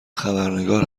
خبرنگار